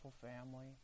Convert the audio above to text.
family